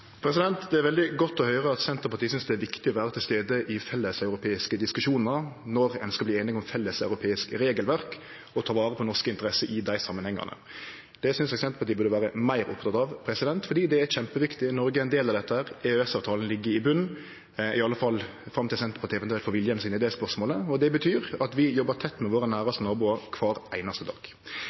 Det er veldig godt å høyre at Senterpartiet synest det er viktig å vere til stades i felleseuropeiske diskusjonar når ein skal verte einig om felleseuropeisk regelverk og ta vare på norske interesser i dei samanhengane. Det synest eg Senterpartiet burde vere meir oppteke av, for det er kjempeviktig. Noreg er ein del av dette. EØS-avtalen ligg i botn – i alle fall fram til Senterpartiet eventuelt får viljen sin i det spørsmålet – og det betyr at vi jobbar tett med våre næraste naboar kvar einaste dag.